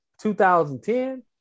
2010